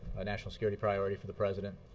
a national security priority for the president.